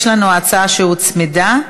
יש לנו הצעה שהוצמדה,